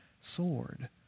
sword